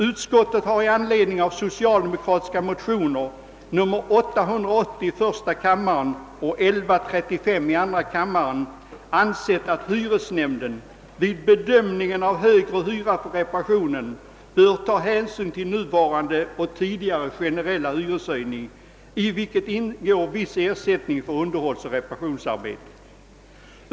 Utskottet har i anledning av de socialdemokratiska motionerna I: 880 och II: 1135 ansett att hyresnämnden vid bedömningen av frågan om högre hyra i anledning av reparationer bör ta hänsyn till nuvarande och tidigare generella hyreshöjning, i vilken ingår viss ersättning för underhållsoch reparationsarbeten.